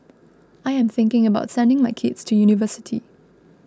I am thinking about sending my kids to university